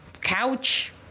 couch